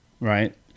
right